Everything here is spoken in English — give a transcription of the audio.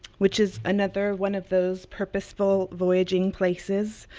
which is another one of those purposeful voyaging places.